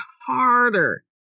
harder